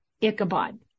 Ichabod